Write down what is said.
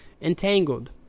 Entangled